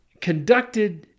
conducted